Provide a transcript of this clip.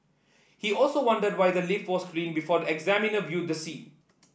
he also wondered why the lift was cleaned before the examiner viewed the scene